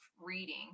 reading